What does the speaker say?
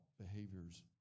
behaviors